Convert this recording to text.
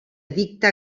edicte